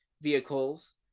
vehicles